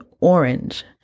orange